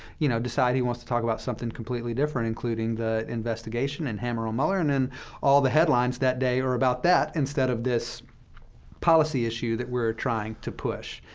you know, decide he wants to talk about something completely different, including the investigation, and hammer on mueller. and then and all the headlines that day are about that instead of this policy issue that we're trying to push.